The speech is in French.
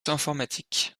informatique